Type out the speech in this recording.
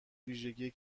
ویژگی